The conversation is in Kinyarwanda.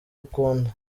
akunda